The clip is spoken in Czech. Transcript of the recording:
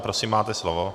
Prosím máte slovo.